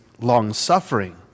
long-suffering